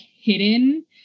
hidden